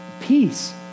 peace